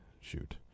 shoot